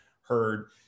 heard